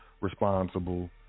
responsible